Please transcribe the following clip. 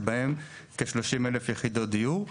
שבהם כ-30,000 יחידות דיור.